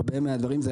הרבה מהדברים,